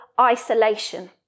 isolation